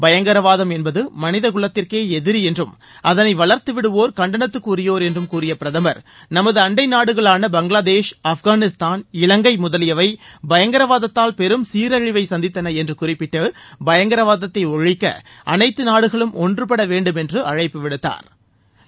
பயங்கரவாதம் என்பது மனித குலத்திற்கே எதிரி என்றும் அதனை வள்த்துவிடுவோா் கண்டனத்துக்குரியோர் என்றும் கூறிய பிரதமர் நமது அண்டை நாடுகளான பங்களாதேஷ் ஆப்கானிஸ்தான் இலங்கை முதலியவை பயங்கரவாதத்தால் பெரும் சீரழிவை சந்தித்தன என்று குறிப்பிட்டு பயங்கரவாதத்தை ஒழிக்க அனைத்து நாடுகளும் ஒன்றுபட வேண்டும் என்று அழைப்பு விடுத்தாா்